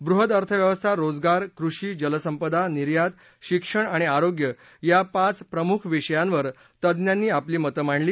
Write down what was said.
बृहद् अर्थव्यवस्था रोजगार कृषी जलसंपदा निर्यात शिक्षण आणि आरोम्य या पाच प्रमुख विषयांवर तज्ञांनी आपली मतं मांडली